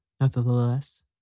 nevertheless